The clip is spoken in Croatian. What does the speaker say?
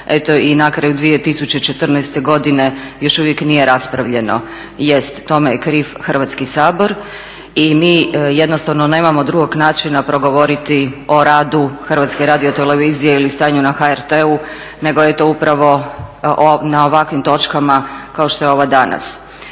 eto i na kraju 2014. godine još uvijek nije raspravljeno. Jest, to me je kriv Hrvatski sabor i mi jednostavno nemamo drugog načina progovoriti o radu Hrvatske radiotelevizije ili stanju na HRT-u nego upravo na ovakvim točkama kao što je ova danas.